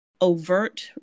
overt